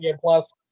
Plus